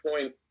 point